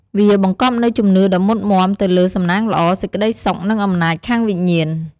វាបង្កប់នូវជំនឿដ៏មុតមាំទៅលើសំណាងល្អ សេចក្ដីសុខ និងអំណាចខាងវិញ្ញាណ។